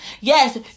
Yes